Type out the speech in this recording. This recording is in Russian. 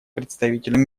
представителем